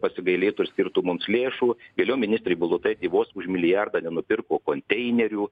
pasigailėtų ir skirtų mums lėšų vėliau ministrė bulotaitė vos už milijardą nenupirko konteinerių